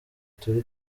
turi